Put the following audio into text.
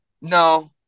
no